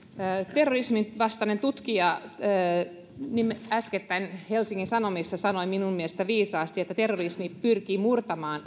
terrorisminvastainen tutkija äskettäin helsingin sanomissa sanoi minun mielestäni viisaasti että terrorismi pyrkii murtamaan